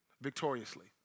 victoriously